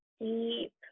deep